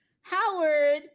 Howard